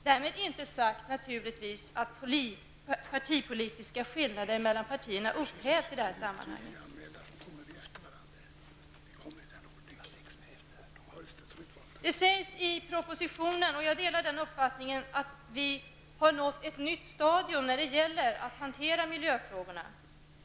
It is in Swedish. Därmed är det naturligtvis inte sagt att partipolitiska skillnader mellan partierna upphävs i detta sammanhang. Det sägs i propositionen att vi har nått ett nytt stadium när det gäller att hantera miljöfrågorna, och jag delar den uppfattningen.